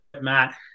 Matt